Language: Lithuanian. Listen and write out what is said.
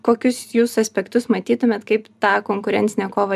kokius jūs aspektus matytumėt kaip tą konkurencinę kovą